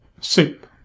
Soup